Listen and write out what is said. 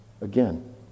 again